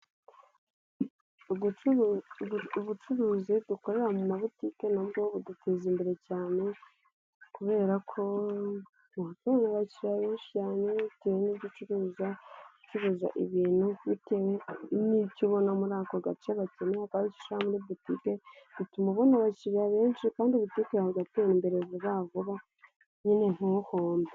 Ubucuruzi dukorera mu mabutike nabwo buduteza imbere cyane kubera koshi bitewe n'igicuruza ucuruza ibintu bitewe n'ibyo ubona muri ako gace bakeneyei ukaba aribyo ushyiramo muri butike bituma ubona abakiriya benshi kandi ubutike igatera imbere vuba vuba nyine ntuhombe.